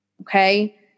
Okay